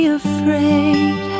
afraid